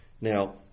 Now